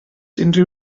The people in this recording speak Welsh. unrhyw